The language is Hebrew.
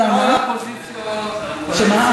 כל האופוזיציות, כולם מה?